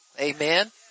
Amen